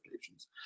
patients